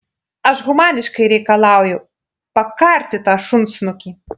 aš humaniškai reikalauju pakarti tą šunsnukį